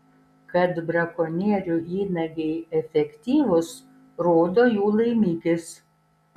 kad brakonierių įnagiai efektyvūs rodo jų laimikis